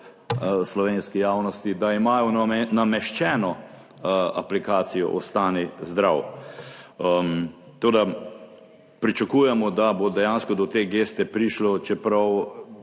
slovenski javnosti, da imajo nameščeno aplikacijo Ostani zdrav. Toda, pričakujemo, da bo dejansko do te geste prišlo, čeprav,